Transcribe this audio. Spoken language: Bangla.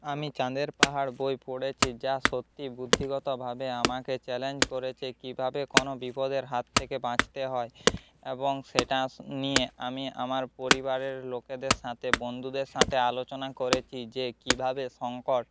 আমি চাঁদের পাহাড় বই পড়েছি যা সত্যি বুদ্ধিগতভাবে আমাকে চ্যালেঞ্জ করেছে কীভাবে কোনো বিপদের হাত থেকে বাঁচতে হয় এবং সেটা নিয়ে আমি আমার পরিবারের লোকেদের সাথে বন্ধুদের সাথে আলোচনা করেছি যে কীভাবে সংকট